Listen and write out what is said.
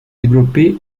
développé